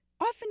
Often